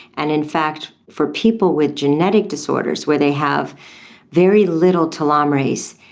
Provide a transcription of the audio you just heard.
and in fact for people with genetic disorders where they have very little telomerase,